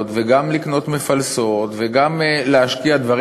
וגם לקנות מפלסות וגם להשקיע דברים,